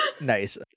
Nice